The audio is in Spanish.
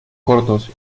cortos